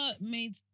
made